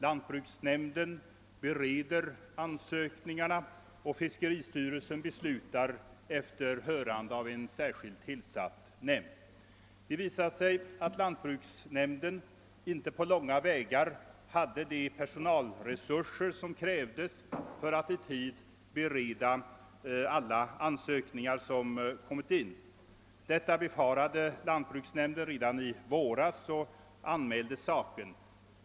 Lantbruksnämnden bereder ansökningarna och fiskeristyrelsen beslutar efter hörande av en särskild tillsatt nämnd. Det visade sig att lantbruksnämnden inte på långa vägar hade de personalresurser som krävdes för att i tid bereda alla ansökningar som kommit in. Detta befarade lantbruksnämnden redan i våras och anmälde saken.